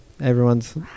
Everyone's